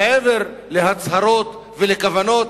מעבר להצהרות ולכוונות,